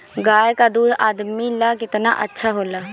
गाय का दूध आदमी ला कितना अच्छा होला?